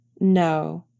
No